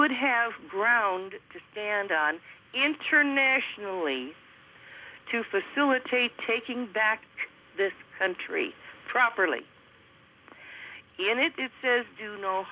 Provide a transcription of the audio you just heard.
would have ground to stand on internationally to facilitate taking back this country properly in it it says do no